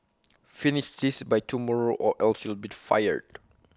finish this by tomorrow or else you'll be fired